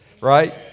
right